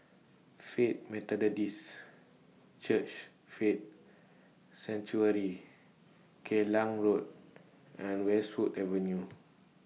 Faith Methodist Church Faith Sanctuary Geylang Road and Westwood Avenue